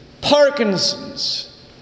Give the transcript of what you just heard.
Parkinson's